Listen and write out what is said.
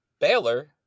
Baylor